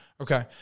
Okay